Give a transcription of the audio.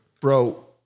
bro